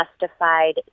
justified